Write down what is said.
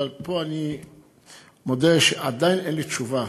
פה אני מודה שעדיין אין לי תשובה.